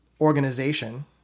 organization